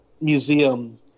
museum